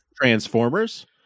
Transformers